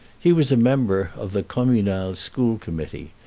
he was a member of the communal school committee,